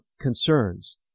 concerns